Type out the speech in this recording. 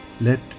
let